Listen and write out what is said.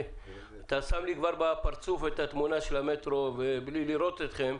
אתה כבר שם לי בפרצוף את התמונה של המטרו בלי לראות אתכם.